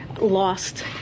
lost